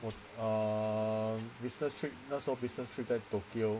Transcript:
我 uh business trip 那时候 business trip 在 tokyo